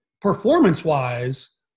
performance-wise